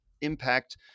impact